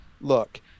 Look